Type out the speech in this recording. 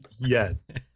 yes